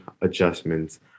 adjustments